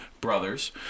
Brothers